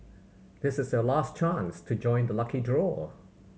this is your last chance to join the lucky draw